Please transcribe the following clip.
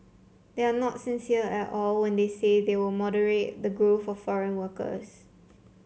they are not sincere at all when they say they will moderate the growth of foreign workers